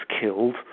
killed